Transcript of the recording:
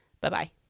Bye-bye